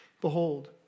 behold